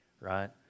Right